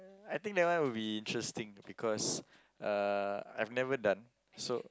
I think that one would be interesting because uh I've never done so